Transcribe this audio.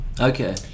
Okay